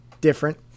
different